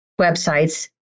websites